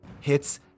hits